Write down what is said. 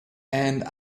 and